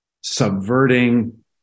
subverting